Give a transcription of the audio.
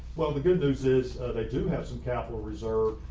well, the good news is they do have some capital reserves.